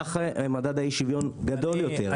כך מדד אי השוויון גדול יותר.